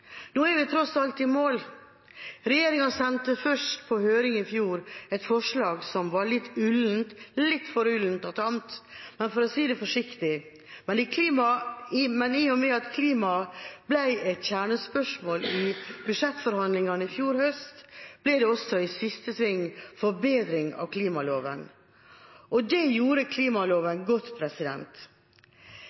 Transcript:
Nå er vi tross alt i mål. Regjeringa sendte først på høring i fjor et forslag som var litt for ullent og tamt, for å si det forsiktig. Men i og med at klima ble et kjernespørsmål i budsjettforhandlingene i fjor høst, ble det også i siste sving forbedring av klimaloven. Og det gjorde klimaloven godt.